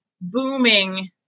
booming